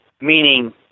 meaning